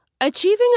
Achieving